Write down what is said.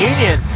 Union